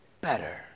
better